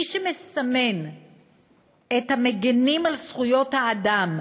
מי שמסמן את המגינים על זכויות האדם